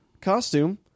costume